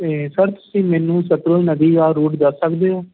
ਅਤੇ ਸਰ ਤੁਸੀਂ ਮੈਨੂੰ ਸਤਲੁਜ ਨਦੀ ਦਾ ਰੂਟ ਦੱਸ ਸਕਦੇ ਹੋ